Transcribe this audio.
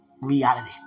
reality